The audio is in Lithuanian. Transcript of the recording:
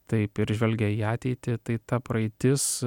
taip ir žvelgia į ateitį tai ta praeitis